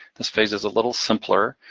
this phase is a little simpler,